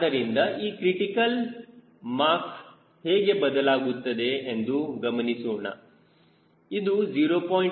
ಆದ್ದರಿಂದ ಈ critical M ಹೇಗೆ ಬದಲಾಗುತ್ತದೆ ಎಂದು ಗಮನಿಸೋಣ ಇದು 0